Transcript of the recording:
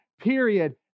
period